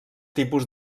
tipus